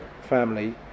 family